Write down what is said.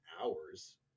hours